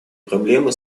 проблемы